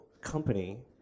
company